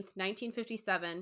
1957